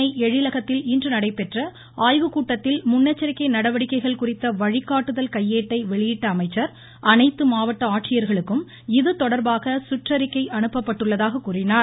சென்னை எழிலகத்தில் இன்று நடைபெற்ற ஆய்வு கூட்டத்தில் முன்னெச்சரிக்கை நடவடிக்கைகள் குறித்த வழிகாட்டுதல் கையேட்டை வெளியிட்ட அமைச்சர் அனைத்து மாவட்ட ஆட்சியர்களுக்கும் சுற்றறிக்கை அனுப்பப்பட்டுள்ளதாக கூறினார்